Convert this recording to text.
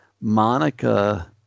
Monica